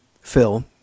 Phil